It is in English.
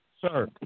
sir